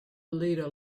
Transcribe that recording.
leader